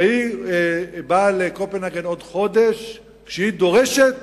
והיא באה לקופנהגן בעוד חודש כשהיא דורשת